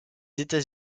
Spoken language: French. états